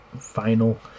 final